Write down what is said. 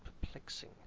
perplexing